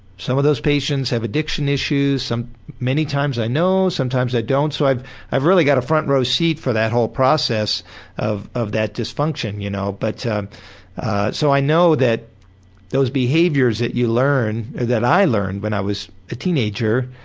some of those patients have addiction issues, many times i know, sometimes i don't, so i've i've really got a front row seat for that whole process of of that dysfunction, you know but y'know. so i know that those behaviours that you learn, that i learned when i was a teenager.